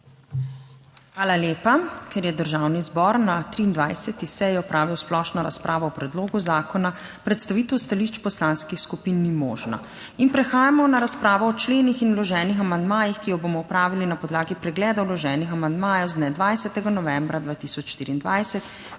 Hvala lepa. Ker je Državni zbor na 23. seji opravil splošno razpravo o predlogu zakona, predstavitev stališč poslanskih skupin ni možna. Prehajamo na razpravo o členih in vloženih amandmajih, ki jo bomo opravili na podlagi pregleda vloženih amandmajev z dne 20. novembra 2024,